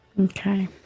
Okay